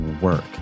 work